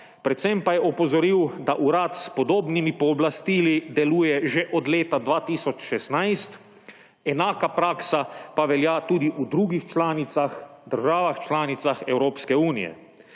Predvsem pa je opozoril, da urad s podobnimi pooblastili deluje že od leta 2016, enaka praksa pa velja tudi v drugih državah članicah Evropske unije.